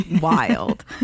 wild